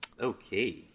Okay